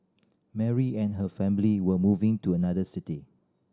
Mary and her family were moving to another city